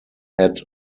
had